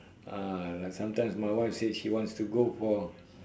ah like sometime my wife say she want to go for